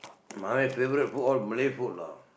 my favourite food all Malay food lah